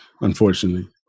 unfortunately